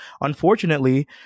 unfortunately